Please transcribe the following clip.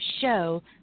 show